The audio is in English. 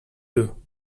too